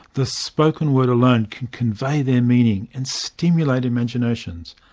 the spoken word alone can convey their meaning, and stimulate imaginations.